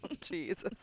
jesus